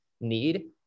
need